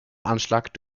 anschlag